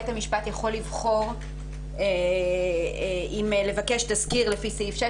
בית המשפט יכול לבחור אם לבקש תסקיר לפי סעיף 6,